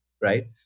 right